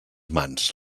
mans